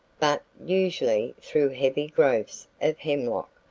but usually through heavy growths of hemlock,